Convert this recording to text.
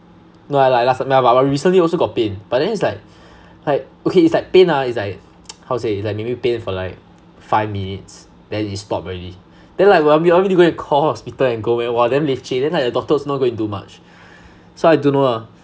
no like last ya but but recently also got pain but then it's like like okay it's like pain ah it's like how to say like maybe pain for like five minutes then it stop already then like when want me to go and call hospital and go where !wah! damn leceh then like the doctor also not going to do much so I don't know lah